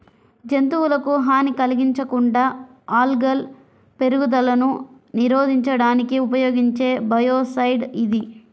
జంతువులకు హాని కలిగించకుండా ఆల్గల్ పెరుగుదలను నిరోధించడానికి ఉపయోగించే బయోసైడ్ ఇది